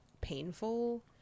painful